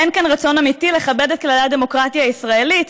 אין כאן רצון אמיתי לכבד את כללי הדמוקרטיה הישראלית",